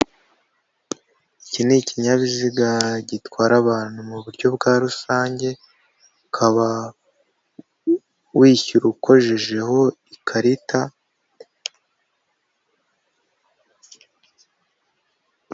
Iki ni ikinyabiziga gitwara abantu mu buryo bwa rusange ukaba wishyura ukojejeho ikarita.